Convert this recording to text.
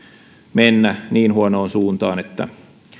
mennä aivan niin huonoon suuntaan että